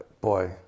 Boy